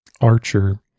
Archer